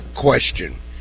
question